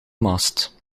mast